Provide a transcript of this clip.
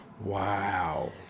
Wow